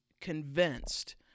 convinced